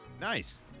Nice